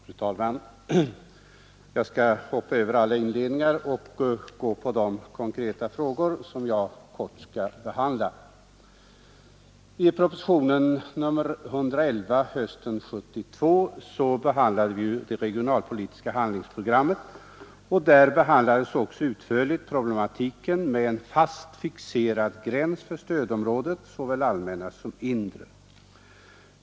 Fru talman! Jag skall hoppa över alla inledningar och gå direkt in på de konkreta frågor som jag helt kort vill behandla. I propositionen 111, hösten 1972, om det regionalpolitiska handlingsprogrammet behandlades utförligt problematiken med en fast fixerad gräns för stödområdet, såväl det allmänna som det inre.